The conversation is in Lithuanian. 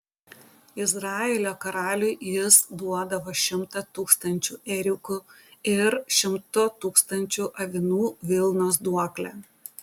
izraelio karaliui jis duodavo šimtą tūkstančių ėriukų ir šimto tūkstančių avinų vilnos duoklę